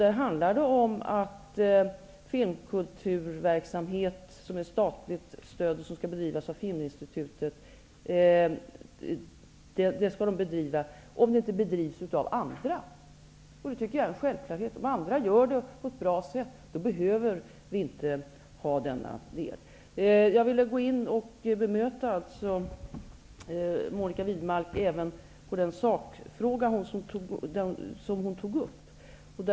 Där handlar det om att filmkulturverksamhet som är statligt stödd skall bedrivas av Filminstitutet, om den inte bedrivs av andra. Det tycker jag är en självklarhet. Om andra gör det på ett bra sätt, behöver inte Filminstitutet ägna sig åt denna uppgift. Jag vill bemöta Monica Widnemark även i den sakfråga som hon tog upp.